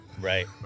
Right